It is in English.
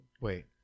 Wait